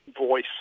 voice